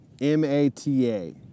m-a-t-a